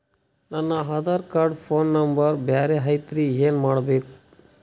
ನನ Aadhaar card phone number ಬ್ಯಾರೆ ಐತ್ರಿ ಏನ ಮಾಡಬೇಕು?